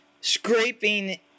scraping